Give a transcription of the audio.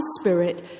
spirit